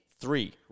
Three